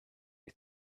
you